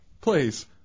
Please